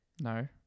No